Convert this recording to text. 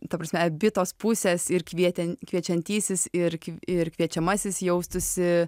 ta prasme abi tos pusės ir kvietė kviečiantysis ir ir kviečiamasis jaustųsi